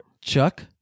Chuck